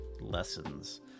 lessons